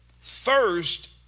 thirst